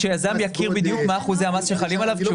כדי שהיזם יכיר בדיוק מה אחוזי המס שחלים עליו כשהוא